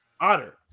otter